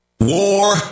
War